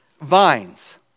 vines